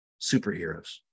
superheroes